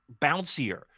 bouncier